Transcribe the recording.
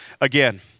again